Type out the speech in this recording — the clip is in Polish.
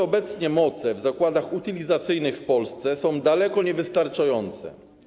Obecnie moce zakładów utylizacyjnych w Polsce są dalece niewystarczające.